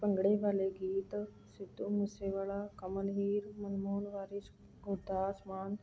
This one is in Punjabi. ਭੰਗੜੇ ਵਾਲੇ ਗੀਤ ਸਿੱਧੂ ਮੂਸੇ ਵਾਲਾ ਕਮਲਹੀਰ ਮਨਮੋਨ ਵਾਰਿਸ ਗੁਰਦਾਸ ਮਾਨ